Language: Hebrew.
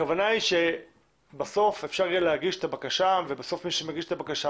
הכוונה היא שבסוף אפשר יהיה להגיש את הבקשה ובסוף מי שמגיש את הבקשה